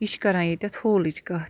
یہِ چھِ کَران ییٚتٮ۪تھ ہولٕچ کَتھ